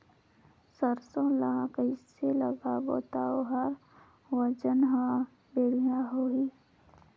सरसो ला कइसे लगाबो ता ओकर ओजन हर बेडिया होही?